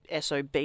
SOB